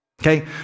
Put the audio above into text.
Okay